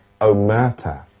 Omerta